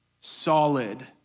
solid